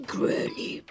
Granny